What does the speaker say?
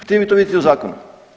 Htio bi to vidjeti u zakonu.